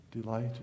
delight